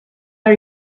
are